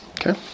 Okay